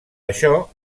això